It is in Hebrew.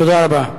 תודה רבה,